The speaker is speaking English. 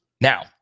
Now